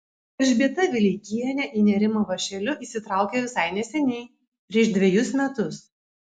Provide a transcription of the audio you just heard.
elžbieta vileikienė į nėrimą vąšeliu įsitraukė visai neseniai prieš dvejus metus